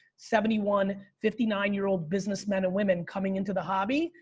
seventy one, fifty nine year old businessmen and women coming into the hobby.